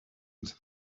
into